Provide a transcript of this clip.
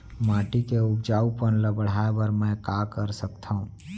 माटी के उपजाऊपन ल बढ़ाय बर मैं का कर सकथव?